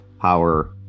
power